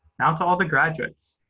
now to all the graduates,